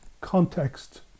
context